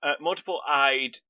multiple-eyed